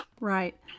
right